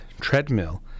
treadmill